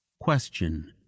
question